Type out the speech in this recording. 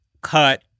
cut